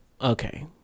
okay